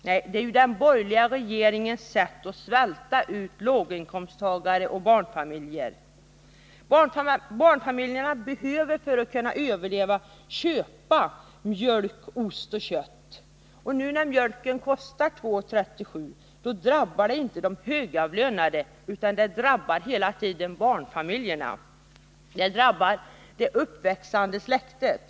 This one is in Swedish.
Nej, det är den borgerliga regeringens sätt att svälta ut låginkomsttagaren och barnfamiljerna. Barnfamiljerna behöver för att överleva kunna köpa mjölk, ost och kött. Nu, när mjölken kostar 2:37, drabbar det inte de högavlönade, utan det drabbar hela tiden barnfamiljerna. Det drabbar det uppväxande släktet.